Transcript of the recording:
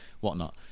whatnot